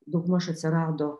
daugmaž atsirado